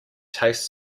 taste